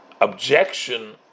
objection